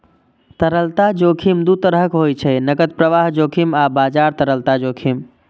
तरलता जोखिम दू तरहक होइ छै, नकद प्रवाह जोखिम आ बाजार तरलता जोखिम